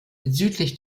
südlich